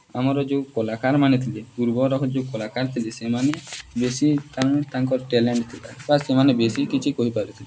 ଆମର ଯେଉଁ କଳାକାରମାନେ ଥିଲେ ପୂର୍ବର ଯେଉଁ କଳାକାର ଥିଲେ ସେମାନେ ବେଶୀ ତା'ମାନେ ତାଙ୍କର ଟ୍ୟାଲେଣ୍ଟ୍ ଥିଲା ବା ସେମାନେ ବେଶୀ କିଛି କହିପାରୁଥିଲେ